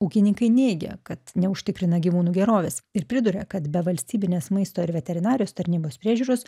ūkininkai neigia kad neužtikrina gyvūnų gerovės ir priduria kad be valstybinės maisto ir veterinarijos tarnybos priežiūros